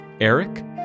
Eric